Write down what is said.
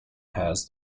has